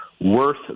Worth